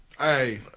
Hey